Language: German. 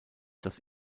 das